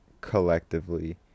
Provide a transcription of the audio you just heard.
collectively